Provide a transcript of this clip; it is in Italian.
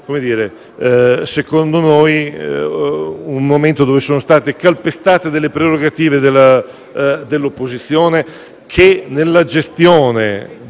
secondo noi - sono state calpestate delle prerogative dell'opposizione che, nella gestione